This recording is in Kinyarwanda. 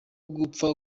gupfa